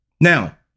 Now